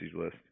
list